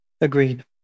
Agreed